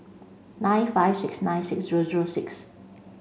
nine five six nine six zero zero six